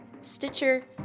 Stitcher